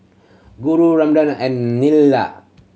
Guru Ramden and Neila